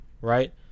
right